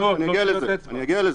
נגיע לזה.